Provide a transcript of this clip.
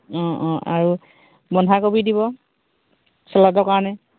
অঁ অঁ আৰু বন্ধাকবি দিব চলাদৰ কাৰণে